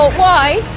why?